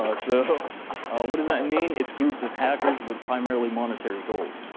ah so what does that mean? it's groups of hackers with primarily monetary goals.